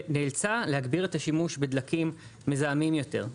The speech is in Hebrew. נאלצה להגביר את השימוש בדלקים מזהמים יותר.